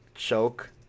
choke